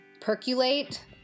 Percolate